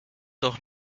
doch